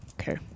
okay